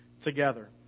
together